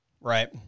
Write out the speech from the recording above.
Right